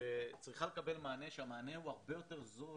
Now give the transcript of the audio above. שצריכה לקבל מענה, המענה הוא הרבה יותר זול